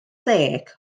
deg